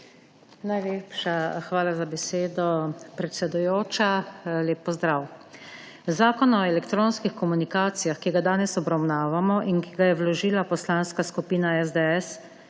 Najlepša hvala za besedo, predsedujoča. Lep pozdrav! Zakon o elektronskih komunikacijah, ki ga danes obravnavamo in ga je vložila Poslanska skupina SDS,